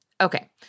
Okay